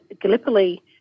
Gallipoli